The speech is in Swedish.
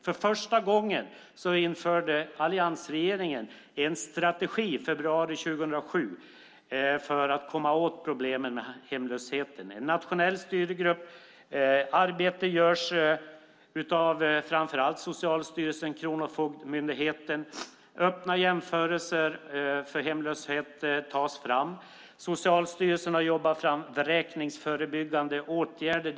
För första gången införde alliansregeringen i februari 2007 en strategi för att komma åt problemen med hemlösheten. Det handlar om en nationell styrgrupp. Arbete görs framför allt av Socialstyrelsen och Kronofogdemyndigheten. Öppna jämförelser om hemlöshet ska tas fram. Socialstyrelsen har jobbat fram vräkningsförebyggande åtgärder.